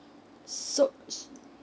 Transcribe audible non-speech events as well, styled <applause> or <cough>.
so <noise>